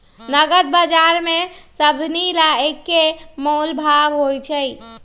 नगद बजार में सभनि ला एक्के मोलभाव होई छई